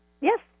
yes